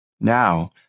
Now